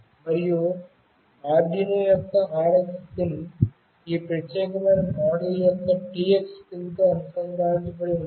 మరియు ఆర్డునో యొక్క RX pin ఈ ప్రత్యేకమైన మోడల్ యొక్క TX పిన్తో అనుసంధానించబడి ఉండాలి